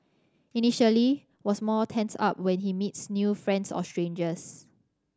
initially was more tensed up when he meets new friends or strangers